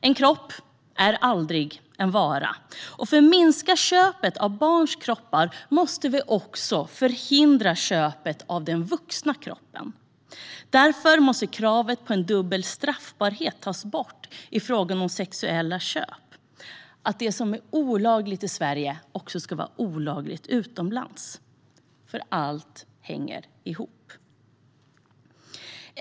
En kropp är aldrig en vara, och för att minska köpen av barns kroppar måste vi förhindra köpet även av den vuxna kroppen. Därför måste kravet på en dubbel straffbarhet tas bort i frågan om sexuella köp. Det som är olagligt i Sverige ska också vara olagligt utomlands, för allt hänger ihop.